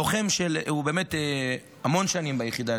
הוא לוחם המון שנים ביחידה,